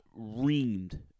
reamed